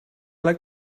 like